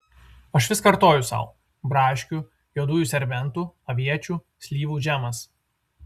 aš vis kartoju sau braškių juodųjų serbentų aviečių slyvų džemas